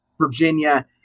Virginia